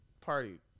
party